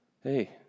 Hey